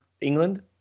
England